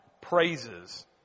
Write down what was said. praises